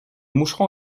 moucheron